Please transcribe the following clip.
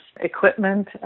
equipment